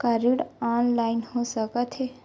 का ऋण ऑनलाइन हो सकत हे?